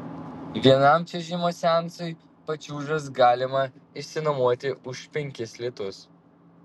vienam čiuožimo seansui pačiūžas galima išsinuomoti už penkis litus